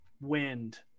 wind